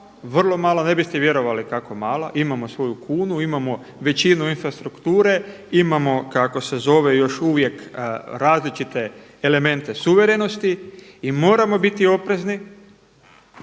vrlo mala, ne biste vjerovali kako mala. Imamo svoju kunu. Imamo većinu infrastrukture. Imamo kako se zove, još uvijek različite elemente suvremenosti i moramo biti oprezni